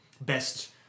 best